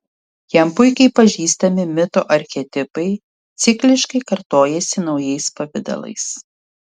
jam puikiai pažįstami mito archetipai cikliškai kartojasi naujais pavidalais